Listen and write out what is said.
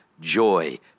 joy